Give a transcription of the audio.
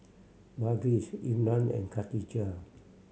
Balqis Imran and Khatijah